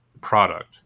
product